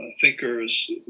thinkers